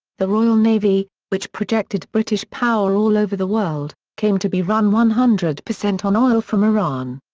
the royal navy, which projected british power all over the world, came to be run one hundred percent on oil from iran.